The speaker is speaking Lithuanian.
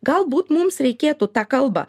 galbūt mums reikėtų tą kalbą